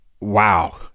Wow